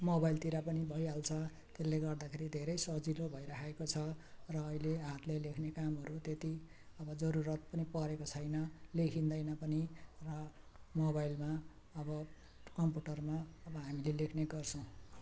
मोबाइलतिर नि भइहाल्छ त्यसले गर्दाखेरि धेरै सजिलो भइराखेको छ र अहिले हातले लेख्ने कामहरू त्यति अब जरुरत पनि परेको छैन लेखिँदैन पनि र मोबाइलमा अब कम्प्युटरमा अब हामीले लेख्नेगर्छौँ